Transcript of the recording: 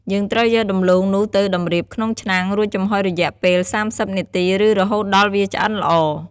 យើងត្រូវយកដំឡូងនោះ ទៅតម្រៀបក្នុងឆ្នាំង រួចចំហុយរយៈពេល៣០នាទីឬ រហូតដល់វាឆ្អិនល្អ។